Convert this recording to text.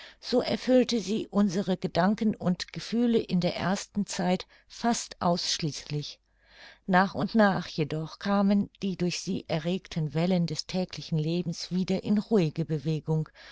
so erfüllte sie unsere gedanken und gefühle in der ersten zeit fast ausschließlich nach und nach jedoch kamen die durch sie erregten wellen des täglichen lebens wieder in ruhige bewegung